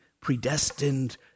predestined